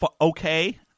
okay